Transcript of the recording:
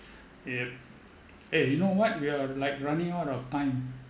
yup eh you know what we are like running out of time